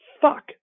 fuck